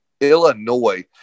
Illinois